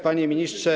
Panie Ministrze!